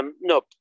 no